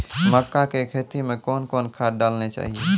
मक्का के खेती मे कौन कौन खाद डालने चाहिए?